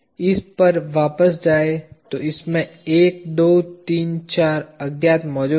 इस पर वापस जाएं तो इसमें 1 2 3 4 अज्ञात मौजूद हैं